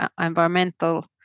environmental